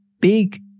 big